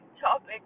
topic